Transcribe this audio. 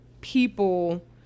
people